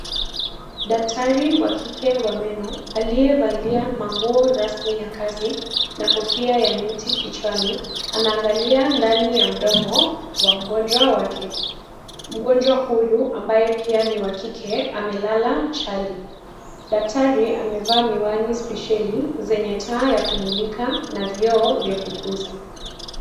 Daktari wa kike wa meno aliyevalia manguo rasmi ya kazi na kofia ya neti kichwani anaangalia ndani ya mdomo wa mgonjwa wake, mgonjwa huyu ambaye pia ni wa kike amelala chali, daktari amevaa miwani spesheli zenye taa ya kumulika na vio vya kukuza.